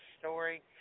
story